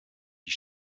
die